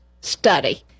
study